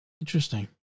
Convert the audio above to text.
Interesting